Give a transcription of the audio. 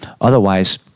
Otherwise